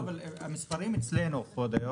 לא, אבל המספרים אצלנו, כבוד היושב-ראש.